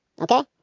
okay